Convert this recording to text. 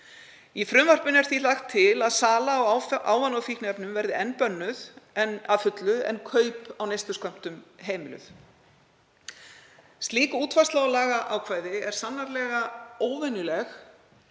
Í frumvarpinu er því lagt til að sala á ávana- og fíkniefnum verði enn bönnuð að fullu en kaup á neysluskömmtum heimiluð. Slík útfærsla á lagaákvæði er sannarlega óvenjuleg